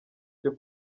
cyo